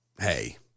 Hey